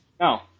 no